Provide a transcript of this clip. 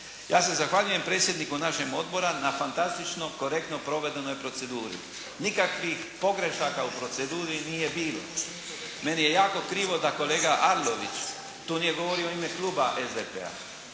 Ja se zahvaljujem predsjedniku našeg odbora na fantastično, korektno provedenoj proceduri. Nikakvih pogrešaka u proceduri nije bilo. Meni je jako krivo da kolega Arlović tu nije govorio u ime kluba SDP-a,